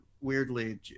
weirdly